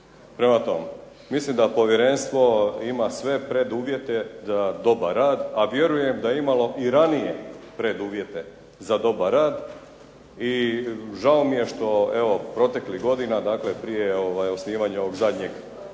Prema tome, mislim da povjerenstvo ima sve preduvjete za dobar rad, a vjerujem da je imalo i ranije preduvjete za dobar rad. I žao mi je što evo proteklih godina, dakle prije osnivanja ovog zadnjeg